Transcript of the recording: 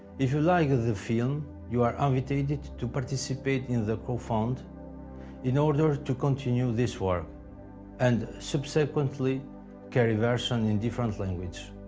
if you like the film, you are invited to participate in this crowd fund in order to continue this work and subsequently carry versions in different languages.